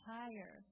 higher